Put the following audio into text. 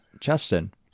Justin